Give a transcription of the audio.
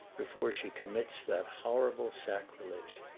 before she commits that horrible sacrilege.